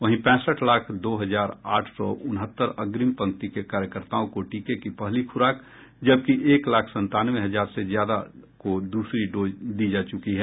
वहीं पैंसठ लाख दो हजार आठ सौ उनहत्तर अग्रिम पंक्ति के कार्यकर्ताओं को टीके की पहली खुराक जबकि एक लाख संतानवे हजार से ज्यादा को दूसरी डोज दी जा चुकी है